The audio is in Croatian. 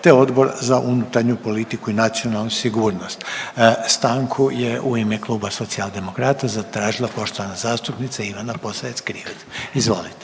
te Odbor za unutarnju politiku i nacionalnu sigurnost. Stanku je u ime kluba Socijaldemokrata zatražila poštovana zastupnica Ivana Posavec-Krivec. Izvolite.